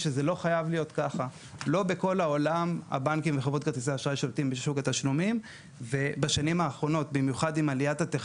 שוק הבנקאות מגמד את כל השווקים האלה מבחינת הנתח